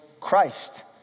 Christ